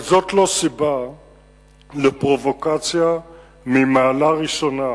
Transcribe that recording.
אבל זאת לא סיבה לפרובוקציה ממעלה ראשונה,